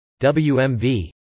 WMV